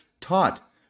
taught